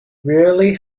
rarely